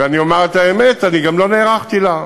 ואני אומר את האמת, אני לא נערכתי לה.